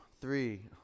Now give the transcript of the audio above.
three